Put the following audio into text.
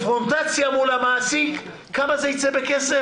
הקונפרונטציה מול המעסיק, כמה זה יצא בכסף?